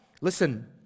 listen